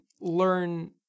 learn